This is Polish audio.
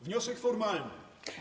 Wniosek formalny.